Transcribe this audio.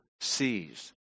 sees